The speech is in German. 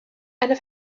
eine